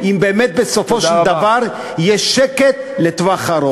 אם באמת בסופו של דבר יהיה שקט לטווח ארוך.